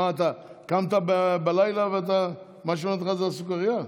מה, אתה קמת בלילה ומה שמעניין אותך זה הסוכרייה?